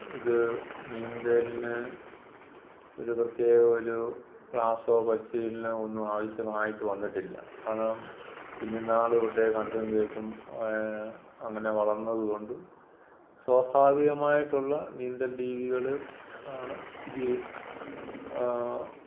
ഇത് നീന്തലിന് ഒരു പ്രത്യേക ഒരു ക്ലാസ്സോ പരിശീലനമോ ഒന്നും ആവശ്യമായിട്ട് വന്നിട്ടില്ല കാരണം കുഞ്ഞുന്നാളുതൊട്ടേ കണ്ടും കേട്ടും അങ്ങനെ വളർന്നതുകൊണ്ട് സ്വാഭാവികമായിട്ടുള്ള നീന്തൽ രീതികള് ആണ് ഇതീ